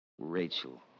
Rachel